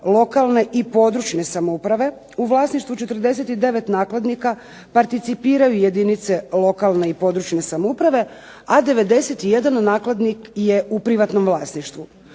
lokalne i područne samouprave, u vlasništvu 49 vlasnika participiraju jedinice lokalne i područne samouprave a 91 nakladnik je u privatnom vlasništvu.